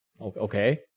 Okay